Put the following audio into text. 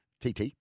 TT